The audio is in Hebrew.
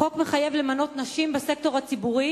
החוק מחייב למנות נשים בסקטור הציבורי,